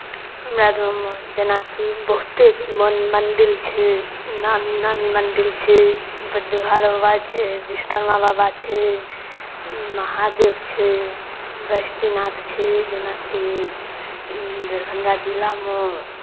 हमरा दाँवमे जेनाति बहुते मण्डिल छै नामी नामी मण्डिल छै डीहवार बाबा छै विश्वतर्मा बाबा छै महादेव छै बासुतीनाथ छै जेनाति दरभंदा जिलामे